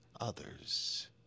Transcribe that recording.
others